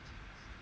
cause